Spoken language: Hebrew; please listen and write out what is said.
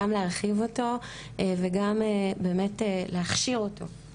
גם להרחיב אותו וגם באמת להכשיר אותו.